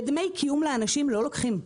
ודמי קיום לאנשים לא לוקחים.